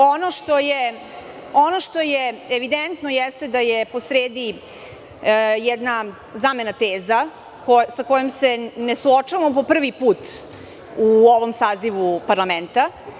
Ono što je evidentno jeste da je po sredi jedna zamena teza sa kojom se ne suočavamo po prvi put u ovom sazivu parlamenta.